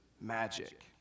magic